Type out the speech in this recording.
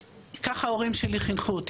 ככה ההורים שלי חינכו אותי.